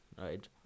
right